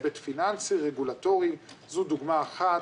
היבט פיננסי רגולטורי - זו דוגמה אחת.